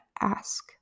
ask